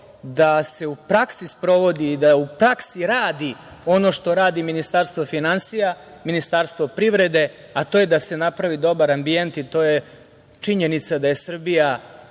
da se u praksi sprovodi, da u praksi radi ono što radi Ministarstvo finansija, Ministarstvo privrede, a to je da se napravi dobar ambijent i to je činjenica da je Srbija